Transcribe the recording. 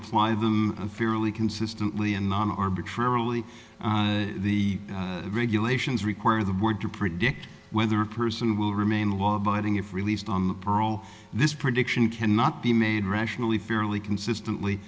apply them fairly consistently and not arbitrarily the regulations require the board to predict whether a person will remain law abiding if released on the parole this prediction cannot be made rationally fairly consistently